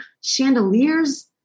chandeliers